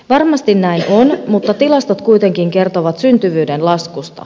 varmasti näin on mutta tilastot kuitenkin kertovat syntyvyyden laskusta